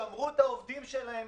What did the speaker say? שמרו את העובדים שלהם